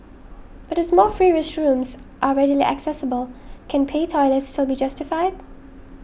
but as more free restrooms are readily accessible can pay toilets still be justified